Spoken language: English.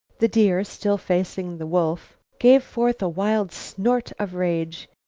the deer, still facing the wolf, gave forth a wild snort of rage.